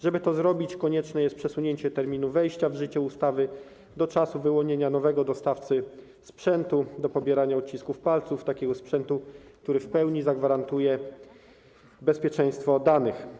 Żeby to zrobić, konieczne jest przesunięcie terminu wejścia w życie ustawy do czasu wyłonienia nowego dostawcy sprzętu do pobierania odcisków palców - takiego sprzętu, który w pełni zagwarantuje bezpieczeństwo danych.